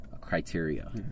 criteria